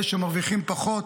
אלה שמרוויחים פחות,